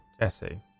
jesse